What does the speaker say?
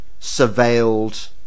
surveilled